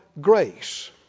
grace